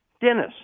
Dennis